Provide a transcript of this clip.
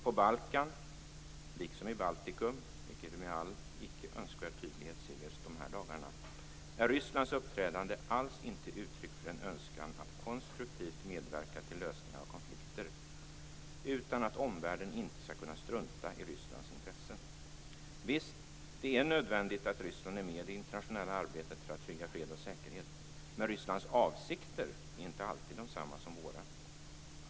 På Balkan liksom i Baltikum - vilket vi med all icke önskvärd tydlighet ser just dessa dagar - är Rysslands uppträdande alls inte uttryck för en önskan att konstruktivt medverka till lösningar av konflikter utan syftar snarare till att omvärlden inte skall kunna strunta i Rysslands intressen. Visst - det är nödvändigt att Ryssland är med i det internationella arbetet för att trygga fred och säkerhet. Men Rysslands avsikter är inte alltid desamma som våra.